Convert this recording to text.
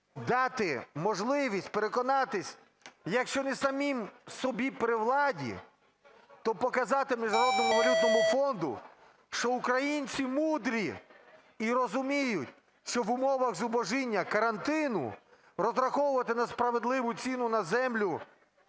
дати можливість переконатись, якщо не самим собі при владі, то показати Міжнародному валютному фонду, що українці мудрі і розуміють, що в умовах зубожіння, карантину розраховувати на справедливу ціну на землю